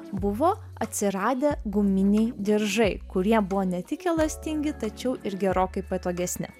buvo atsiradę guminiai diržai kurie buvo ne tik elastingi tačiau ir gerokai patogesni